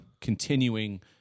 continuing